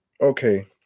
okay